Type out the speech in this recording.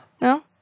No